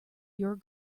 your